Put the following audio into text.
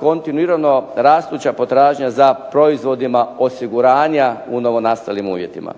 kontinuirano rastuća potražnja za proizvodima osiguranja u novonastalim uvjetima.